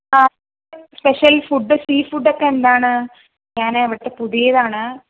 special food sea ഫുഡൊക്കെ എന്താണ് ഞാൻ ഇവിടുത്തെ പുതിയതാണ്